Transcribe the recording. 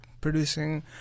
producing